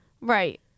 Right